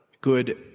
good